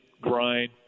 grind